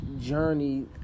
journey